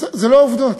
אלו לא העובדות.